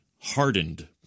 hardened